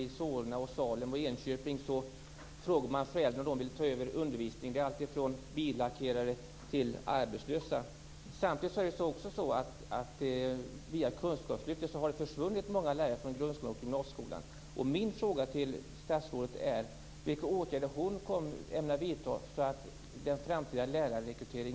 I Solna, Salem och Enköping frågar man om föräldrar, alltifrån billackerare till arbetslösa, vill ta över undervisning. Samtidigt har det via kunskapslyftet försvunnit många lärare från grundskolan och gymnasieskolan.